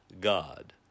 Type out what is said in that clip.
God